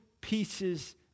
pieces